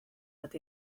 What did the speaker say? dat